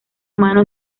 humano